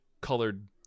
colored